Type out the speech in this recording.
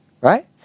Right